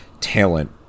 talent